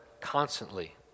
constantly